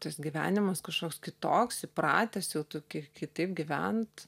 tas gyvenimas kažkoks kitoks įpratęs jau kie kitaip gyvent